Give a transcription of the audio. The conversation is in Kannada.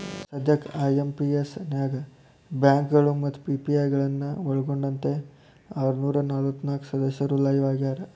ಸದ್ಯಕ್ಕ ಐ.ಎಂ.ಪಿ.ಎಸ್ ನ್ಯಾಗ ಬ್ಯಾಂಕಗಳು ಮತ್ತ ಪಿ.ಪಿ.ಐ ಗಳನ್ನ ಒಳ್ಗೊಂಡಂತೆ ಆರನೂರ ನಲವತ್ನಾಕ ಸದಸ್ಯರು ಲೈವ್ ಆಗ್ಯಾರ